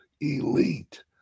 elite